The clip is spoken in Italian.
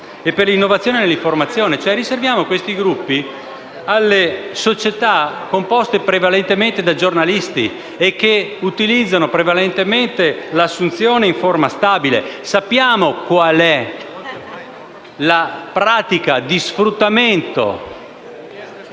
e per l'innovazione nell'informazione. Riserviamo queste risorse alle società composte prevalentemente da giornalisti e che utilizzano prevalentemente l'assunzione in forma stabile. Sappiamo qual è la pratica di sfruttamento